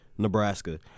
Nebraska